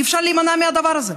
אי-אפשר להימנע מהדבר הזה.